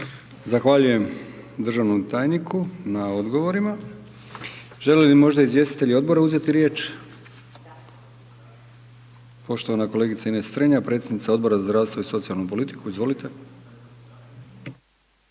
Zahvaljujem državnom tajniku na odgovorima. Želi li možda izvjestitelj odbora uzeti riječ? Poštovana kolegica Ines Strenja, predsjednica Odbora za zdravstvo i socijalnu politiku, izvolite.